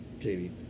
Katie